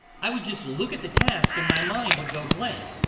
i would just look at the task and my mind would go blank.